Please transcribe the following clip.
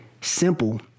simple